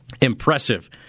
impressive